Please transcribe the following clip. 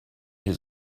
his